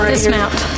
Dismount